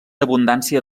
abundància